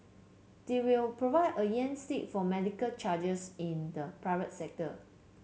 they will provide a yardstick for medical charges in the private sector